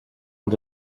els